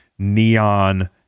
neon